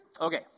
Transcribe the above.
Okay